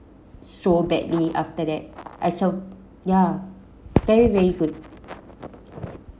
so badly after that I so ya very very good